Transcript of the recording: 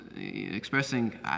expressing